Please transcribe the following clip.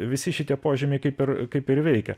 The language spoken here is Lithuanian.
visi šitie požymiai kaip ir kaip ir veikia